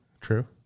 True